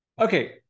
okay